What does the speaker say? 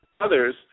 others